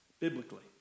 Biblically